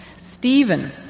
Stephen